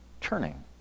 turning